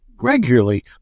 regularly